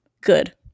Good